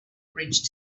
bridge